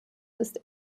ist